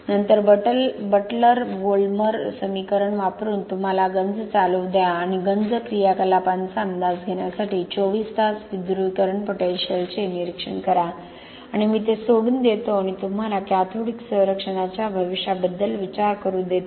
नंतर Butler Volmer समीकरण वापरून तुम्हाला गंज चालू द्या आणि गंज क्रियाकलापांचा अंदाज घेण्यासाठी 24 तास विध्रुवीकरण पोटेन्शियलचे निरीक्षण करा आणि मी ते सोडून देतो आणि तुम्हाला कॅथोडिक संरक्षणाच्या भविष्याबद्दल विचार करू देतो